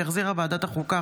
שהחזירה ועדת החוקה,